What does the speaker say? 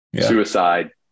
Suicide